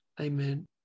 Amen